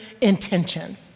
intention